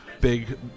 big